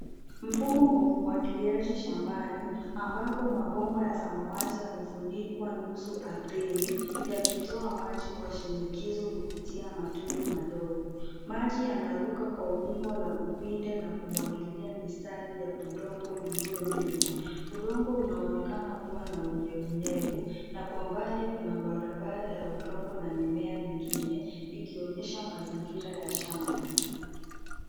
Mfumo wa umwagiliaji shambani ambapo mabomba ya samawati yamefunikwa nusu ardhini yakitoa maji kwa shinikizo kupitia matundu madogo. Maji yanaruka kwa umbo la upinde na kumwagilia mistari ya udongo uliolimwa. Udongo unaonekana kuwa na unyevunyevu na kwa mbali kuna barabara ya udongo na mimea mingine ikionyesha mazingira ya shamba.